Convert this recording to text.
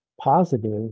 positive